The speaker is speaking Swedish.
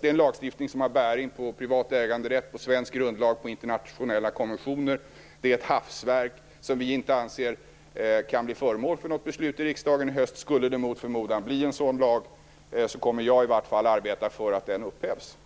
Det är en lagstiftning som har bäring på privat äganderätt, på svensk grundlag och på internationella konventioner. Det är ett hafsverk som vi inte anser kan bli föremål för något beslut i riksdagen i höst. Skulle det mot förmodan bli en sådan lag, kommer jag i vart fall att arbeta för att den upphävs.